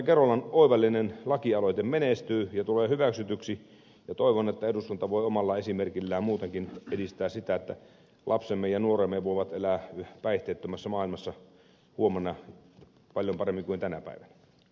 kerolan oivallinen lakialoite menestyy ja tulee hyväksytyksi ja toivon että eduskunta voi omalla esimerkillään muutenkin edistää sitä että lapsemme ja nuoremme voivat elää päihteettömässä maailmassa huomenna paljon paremmin kuin tänä päivänä